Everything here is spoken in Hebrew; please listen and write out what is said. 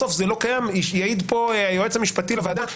בסוף זה לא קיים יעיד פה היועץ המשפטי לוועדה,